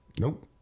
Nope